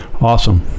Awesome